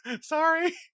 Sorry